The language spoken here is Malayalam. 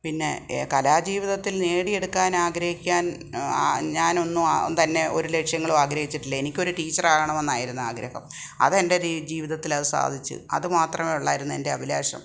പിന്നെ കലാ ജീവിതത്തിൽ നേടിയെടുക്കാനാഗ്രഹിക്കാൻ ആ ഞാൻ ഒന്നും തന്നെ ഒരു ലക്ഷ്യങ്ങളും ആഗ്രഹിച്ചിട്ടില്ല എനിക്കൊരു ടീച്ചർ ആകണം എന്നായിരുന്നു ആഗ്രഹം അത് എൻ്റെ ജീവിതത്തിൽ അതു സാധിച്ചു അത് മാത്രമേ ഉള്ളായിരുന്നു എൻ്റെ അഭിലാഷം